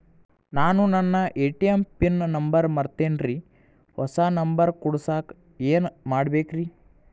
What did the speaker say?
ನಾನು ನನ್ನ ATM pin number ಮರ್ತೇನ್ರಿ, ಹೊಸಾ ನಂಬರ್ ಕುಡಸಾಕ್ ಏನ್ ಮಾಡ್ಬೇಕ್ರಿ?